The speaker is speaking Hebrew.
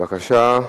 בבקשה,